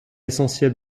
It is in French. essentiels